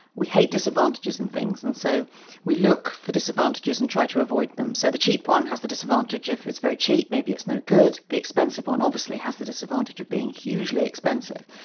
we hate disadvantages in things, and so we look for disadvantages and try to avoid them. so the cheap one has the disadvantage of its very cheap, maybe it's no good, the expensive one obviously has the disadvantage of being hugely expensive,